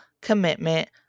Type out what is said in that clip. commitment